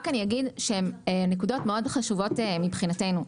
רק אגיד שהן נקודות מאוד חשובות מבחינתנו.